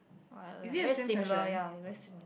!wah! like very similar ya very similar